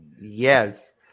yes